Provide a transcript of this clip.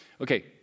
Okay